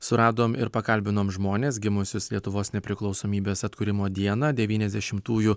suradom ir pakalbinom žmones gimusius lietuvos nepriklausomybės atkūrimo dieną devyniasdešimtųjų